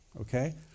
okay